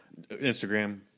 Instagram